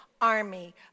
army